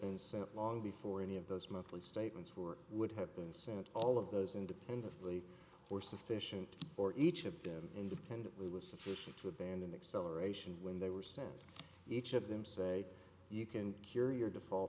been sent long before any of those monthly statements were would have been sent all of those independently were sufficient or each of them independently was sufficient to abandon the acceleration when they were sent each of them say you can cure your default